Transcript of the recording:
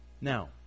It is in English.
Now